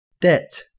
Debt